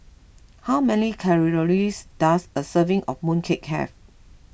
how many calories does a serving of Mooncake have